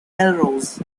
melrose